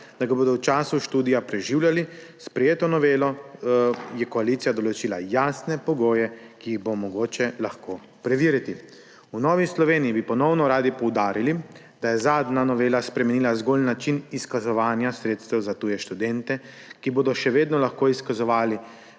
da ga bodo v času študija preživljali. S sprejeto novelo je koalicija določila jasne pogoje, ki jih bo mogoče preveriti. V Novi Sloveniji bi ponovno radi poudarili, da je zadnja novela spremenila zgolj način izkazovanja sredstev za tuje študente, ki bodo še vedno lahko izkazovali